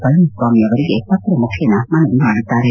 ಪಳನಿಸ್ಟಾಮಿ ಅವರಿಗೆ ಪತ್ರ ಮುಖೇನ ಮನವಿ ಮಾಡಿದ್ದಾರೆ